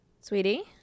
Sweetie